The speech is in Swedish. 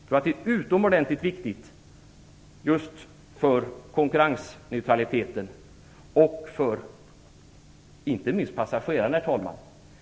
Jag tror att detta är utomordentligt viktigt just för konkurrensneutraliteten och inte minst för passagerarna.